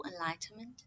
enlightenment